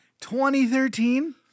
2013